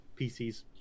PCs